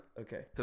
Okay